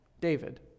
David